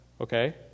Okay